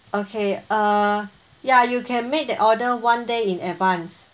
okay uh ya you can make the order one day in advance